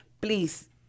Please